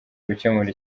gukemura